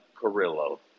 Carrillo